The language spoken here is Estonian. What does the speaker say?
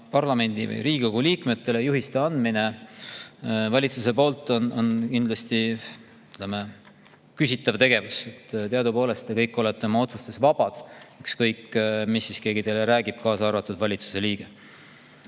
andnud. Riigikogu liikmetele juhiste andmine valitsuse poolt on kindlasti küsitav tegevus. Teadupoolest olete te kõik oma otsustes vabad, ükskõik mida keegi teile räägib, kaasa arvatud valitsuse liige.